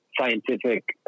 scientific